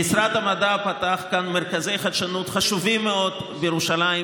משרד המדע פתח כאן מרכזי חדשנות חשובים מאוד בירושלים,